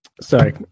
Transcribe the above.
sorry